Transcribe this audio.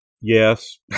yes